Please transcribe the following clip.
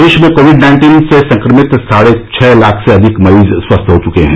देश में COVID nineteen से संक्रमित साढ़े छह लाख से अधिक मरीज स्वस्थ हो चुके हैं